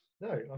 No